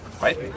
right